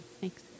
Thanks